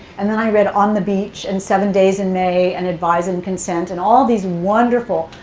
and then i read on the beach, and seven days in may, and advise and consent, and all these wonderful,